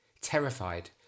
Terrified